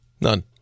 None